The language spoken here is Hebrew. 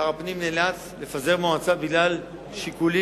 שר הפנים נאלץ לפזר מועצה בגלל שיקולים